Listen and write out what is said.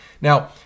Now